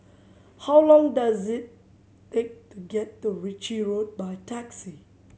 how long does it take to get to Ritchie Road by taxi